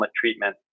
treatment